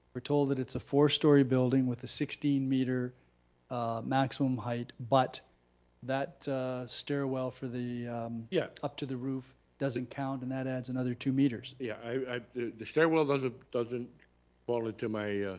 we're told that it's a four story building with a sixteen meter maximum height, but that stairwell for the yeah up to the roof doesn't count and that adds another two meters. yeah, the the stairwell doesn't doesn't fall into my